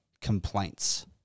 complaints